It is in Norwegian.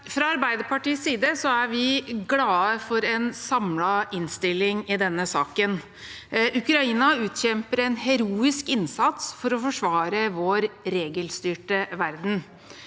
Fra Arbeiderpar- tiets side er vi glade for en samlet innstilling i denne saken. Ukraina utkjemper en heroisk innsats for å forsvare vår regelstyrte verden.